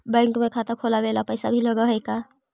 Bank में खाता खोलाबे ल पैसा भी लग है का?